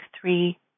three